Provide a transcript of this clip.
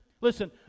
listen